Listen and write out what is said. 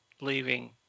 leaving